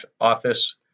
office